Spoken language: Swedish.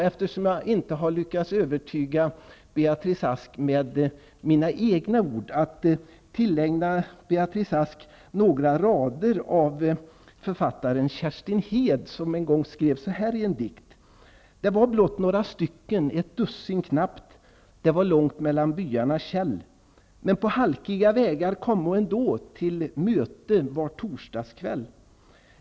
Eftersom jag inte lyckats övertyga Beatrice Ask med mina egna ord, tänkte jag sluta med att tillägna Hed, som en gång skrev så här i en dikt: ''Det var blott några stycken, ett dussin knappt Det var långt mellan byarnas tjäll-. Men på halkiga vägar kommo ändå till ett möte var torsdagskväll.